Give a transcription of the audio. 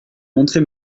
montrer